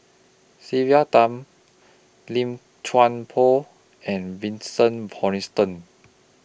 Sylvia Tan Lim Chuan Poh and Vincent Hoisington